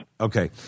Okay